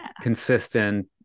consistent